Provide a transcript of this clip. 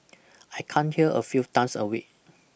I come here a few times a week